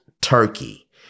turkey